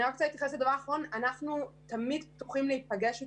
ודבר אחרון, אנחנו תמיד פתוחים להיפגש איתם.